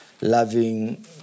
loving